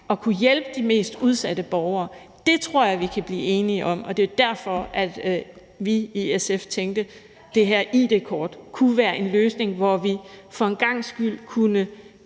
at kunne hjælpe de mest udsatte borgere tror jeg vi kan blive enige om, og det er derfor, at vi i SF tænkte, at det her id-kort kunne være en løsning, hvor vi for en gangs skyld kunne